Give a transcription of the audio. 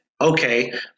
okay